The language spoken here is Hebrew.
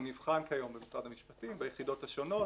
הוא נבחן כיום במשרד המשפטים ביחידות השונות